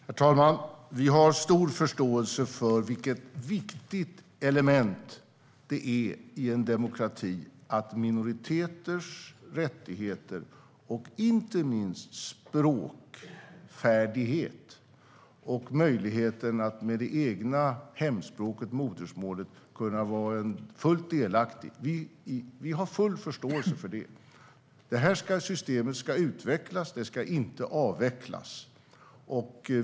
Herr talman! Vi har stor förståelse för vilket viktigt element det är i en demokrati med minoriteters rättigheter, inte minst språkfärdighet och möjligheten att med det egna hemspråket, modersmålet, vara fullt delaktig. Vi har full förståelse för det. Systemet ska utvecklas, inte avvecklas.